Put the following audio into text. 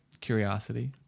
Curiosity